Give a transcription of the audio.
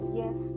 yes